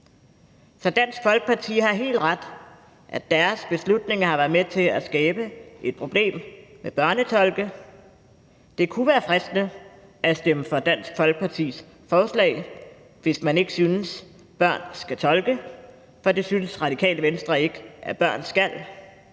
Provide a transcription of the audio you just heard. Så Dansk Folkeparti har helt ret, nemlig at deres beslutninger har været med til at skabe et problem i form af børnetolke. Det kunne være fristende at stemme for Dansk Folkepartis forslag, hvis man ikke synes, at børn skal tolke, for det synes Radikale Venstre ikke at børn skal.